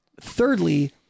Thirdly